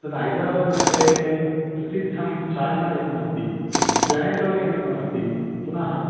तद् हैद्राबादनगरे प्रसिद्धं चार्मिनार् एकम् अस्ति प्लेनिटोरियम् एकमस्ति पुनः